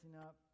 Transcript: up